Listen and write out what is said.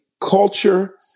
culture